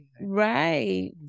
right